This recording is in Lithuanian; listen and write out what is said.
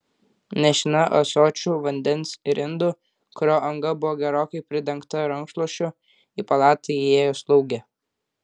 nešina ąsočiu vandens ir indu kurio anga buvo gerokai pridengta rankšluosčiu į palatą įėjo slaugė